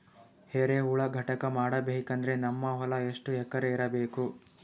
ಎರೆಹುಳ ಘಟಕ ಮಾಡಬೇಕಂದ್ರೆ ನಮ್ಮ ಹೊಲ ಎಷ್ಟು ಎಕರ್ ಇರಬೇಕು?